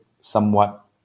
somewhat